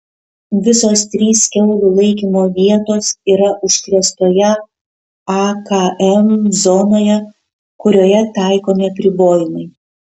visos trys kiaulių laikymo vietos yra užkrėstoje akm zonoje kurioje taikomi apribojimai